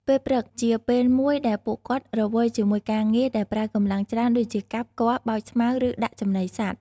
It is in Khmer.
ពេលព្រឹក ជាពេលមួយដែលពួកគាត់រវល់ជាមួយការងារដែលប្រើកម្លាំងច្រើន ដូចជាកាប់ គាស់ បោចស្មៅ ឬដាក់ចំណីសត្វ។